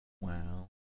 Wow